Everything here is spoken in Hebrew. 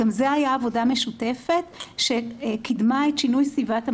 גם זו הייתה עבודה משותפת שקידמה את שינוי סביבת המזון,